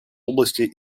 области